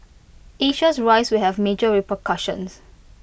Asia's rise will have major repercussions